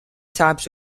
types